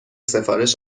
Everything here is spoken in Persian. سفارش